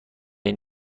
این